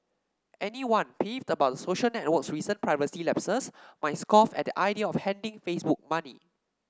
anyone peeved about the social network's recent privacy lapses might scoff at the idea of handing Facebook money